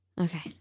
Okay